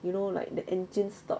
you know like the engine stop